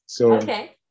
Okay